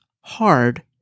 hard